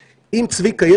צביקה,